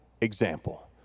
example